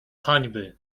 hańby